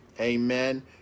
amen